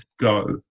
go